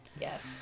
Yes